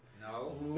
No